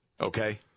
okay